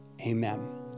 Amen